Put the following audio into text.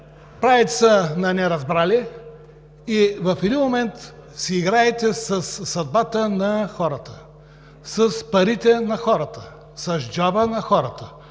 правите се на неразбрали и в един момент си играете със съдбата на хората, с парите на хората, с джоба на хората.